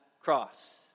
cross